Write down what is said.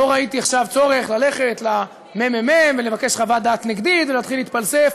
לא ראיתי עכשיו צורך ללכת לממ"מ ולבקש חוות דעת נגדית ולהתחיל להתפלסף.